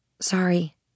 Sorry